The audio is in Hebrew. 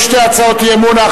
אי-אמון,